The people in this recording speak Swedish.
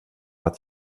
att